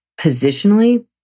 positionally